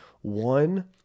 One